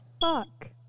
Fuck